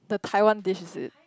the Taiwan dish is it